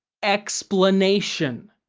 explanation.